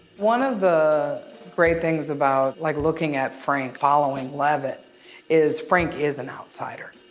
one of the great things about, like, looking at frank following levitt is frank is an outsider.